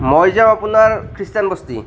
মই যাম আপোনাৰ খ্ৰীষ্টান বস্তি